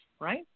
right